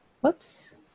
whoops